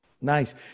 Nice